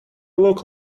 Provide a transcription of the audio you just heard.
look